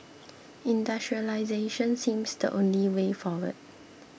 industrialisation seems the only way forward